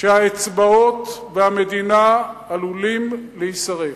שהאצבעות והמדינה עלולות להישרף.